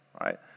right